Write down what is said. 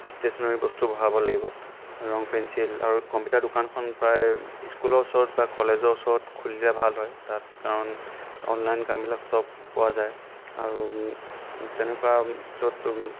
stationery বস্তু ভৰাব লাগিব ৰং পেঞ্চিল আৰু কম্পিউটাৰ দোকানখন প্ৰায় স্কুলৰ ওচৰত বা কলেজৰ ওচৰত খুলিলে ভাল হয় তাত কাৰণ অনলাইন কামবিলাক চব পোৱা যায় আৰু তেনেকুৱা য'ত